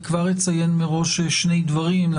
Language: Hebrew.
אני כבר אציין מראש שני דברים,